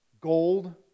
gold